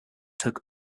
took